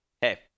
hey